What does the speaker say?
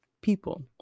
People